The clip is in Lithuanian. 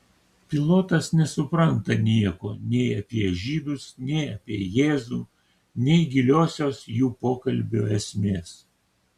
pilotas nesupranta nieko nei apie žydus nei apie jėzų nei giliosios jų pokalbio esmės